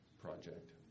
project